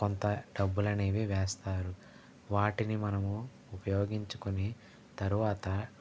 కొంత డబ్బులనేవి వేస్తారు వాటిని మనము ఉపయోగించుకుని తర్వాత